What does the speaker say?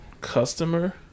customer